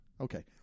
Okay